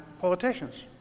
politicians